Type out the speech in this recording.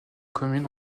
commune